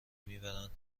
میبرند